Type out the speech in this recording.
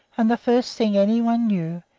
and the first thing anybody knew,